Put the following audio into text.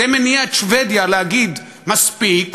זה מניע את שבדיה להגיד: מספיק,